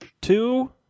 two